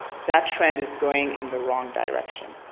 that trend is going in the wrong direction.